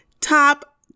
top